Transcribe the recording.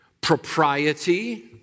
propriety